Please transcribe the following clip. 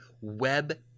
Web